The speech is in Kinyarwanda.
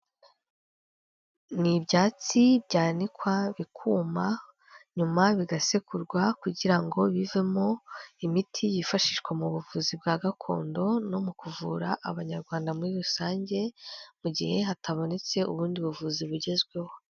N ibyatsi byanikwa bikuma, nyuma bigasekurwa kugira ngo bivemo imiti yifashishwa mu buvuzi bwa gakondo no mu kuvura abanyarwanda muri rusange mu gihe hatabonetse ubundi buvuzi bugezweho.